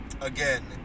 again